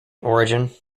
origin